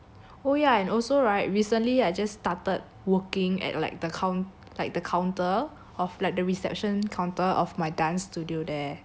oh ya and also right recently I just started working at like the co~ like the counter of like the reception counter of my dance studio there do you know